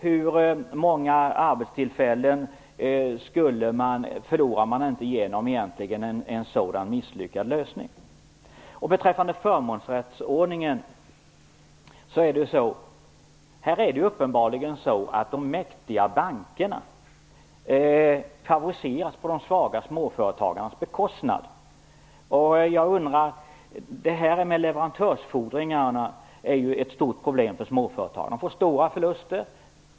Hur många arbetstillfällen går inte förlorade genom en sådan misslyckad lösning? Beträffande förmånsrättsordningen är det uppenbarligen så att de mäktiga bankerna favoriseras på de svaga företagarnas bekostnad. Leverantörsfordringarna är ett stort problem för småföretagarna. De får stora förluster.